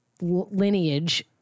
lineage